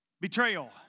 betrayal